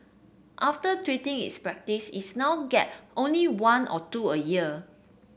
after tweeting its practice is now get only one or two a year